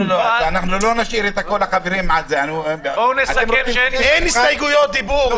אנחנו לא נשאיר את כל החברים --- אין הסתייגויות דיבור,